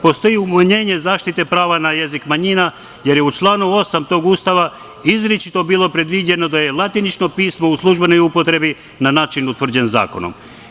Postoji umanjenje zaštite prava na jezik manjina, jer je u članu 8. tog Ustava izričito bilo predviđeno da je latinično pismo u službenoj upotrebi na način utvrđen zakonom.